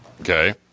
Okay